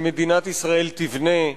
שמדינת ישראל תבנה דירות.